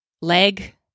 leg